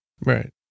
Right